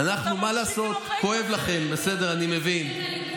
אתה כל הזמן חוזר על הפייק הזה.